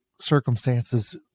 circumstances